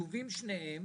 כתובים שניהם